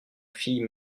fille